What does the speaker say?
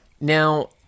Now